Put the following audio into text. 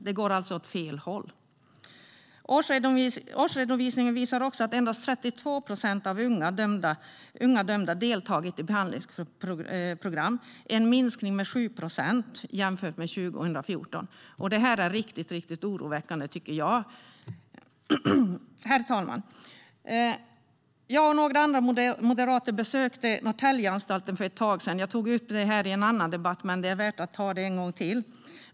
Det går alltså åt fel håll. Årsredovisningen visar också att endast 32 procent av unga dömda deltagit i behandlingsprogram. Det är en minskning med 7 procent jämfört med 2014. Det här är riktigt oroväckande, tycker jag. Herr talman! Jag och några andra moderater besökte Norrtäljeanstalten för ett tag sedan. Jag tog upp det här i en annan debatt, men det är värt att ta det en gång till.